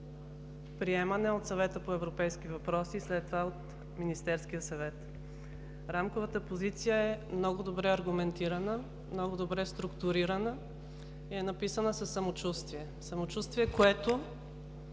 приемана от Съвета по европейски въпроси и след това от Министерския съвет. Рамковата позиция е много добре аргументирана, много добре структурирана и е написана със самочувствие. Самочувствие, което